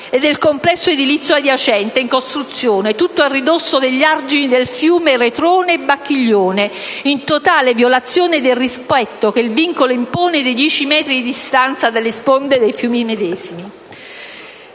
e del complesso edilizio adiacente in costruzione, tutto a ridosso degli argini dei fiumi Retrone e Bacchiglione, in totale violazione del rispetto del vincolo dei 10 metri di distanza dalle sponde dei fiumi medesimi.